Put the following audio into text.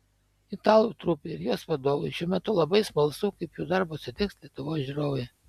italų trupei ir jos vadovui šiuo metu labai smalsu kaip jų darbą sutiks lietuvos žiūrovai